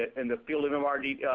in the field of um ah mrdd,